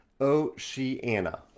Oceana